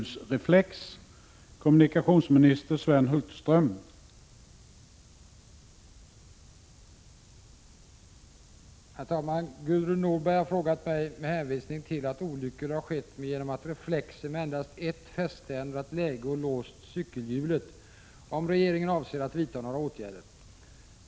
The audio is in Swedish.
Trots detta fortsätter försäljning och montering av enfästesreflexer.